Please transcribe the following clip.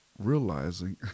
Realizing